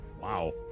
Wow